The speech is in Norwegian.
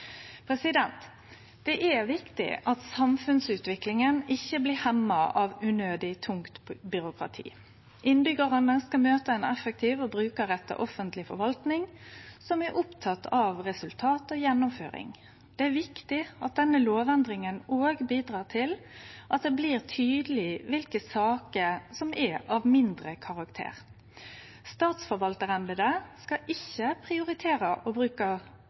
Det er viktig at samfunnsutviklinga ikkje blir hemma av unødig tungt byråkrati. Innbyggjarane skal møte ei effektiv og brukarretta offentleg forvaltning som er oppteken av resultat og gjennomføring. Det er viktig at denne lovendringa òg bidrar til at det blir tydeleg kva saker som er av mindre karakter. Statsforvaltarembetet skal ikkje prioritere å